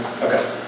Okay